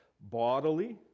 bodily